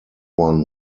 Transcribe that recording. one